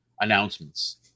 announcements